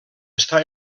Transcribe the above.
està